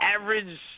average